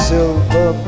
Silver